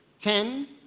ten